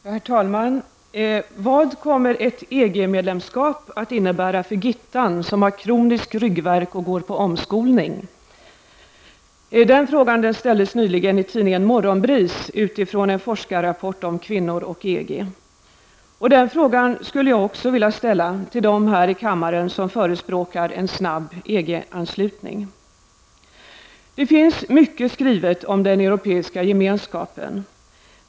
Herr talman! Vad kommer ett EG-medlemskap att innebära för Gittan som har kronisk ryggvärk och går på omskolning? Den frågan ställdes nyligen i tidningen Morgonbris med utgångspunkt i en forskarrapport om kvinnor och EG. Den frågan skulle jag också vilja ställa till dem som här i kammaren förespråkar en snabb EG-anslutning. Det finns mycket skrivet om den europeiska gemenskapen.